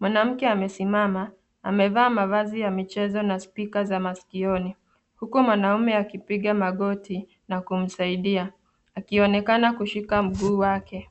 Mwanamke amesimama amevaa mavazi ya michezo na speaker maskioni huku mwanaume akipiga magoti na kumsaidia akionekana kushika mguu wake.